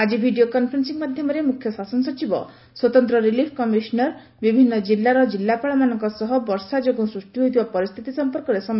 ଆକି video conferencing ମାଧ୍ଘମରେ ମୁଖ୍ୟ ଶାସନ ସଚିବ ସ୍ୱତନ୍ତ ରିଲିଫ କମିଶନର ବିଭିନ୍ଦ କିଲ୍ଲାର କିଲ୍ଲାପାଳମାନଙ୍କ ସହ ବର୍ଷା ଯୋଗୁଁ ସୃଷ୍ଟି ହୋଇଥିବା ପରିସ୍ଥିତି ସମ୍ପର୍କରେ ସମୀକ୍ଷା କରିଛନ୍ତି